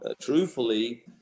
truthfully